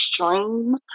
extreme